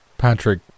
Patrick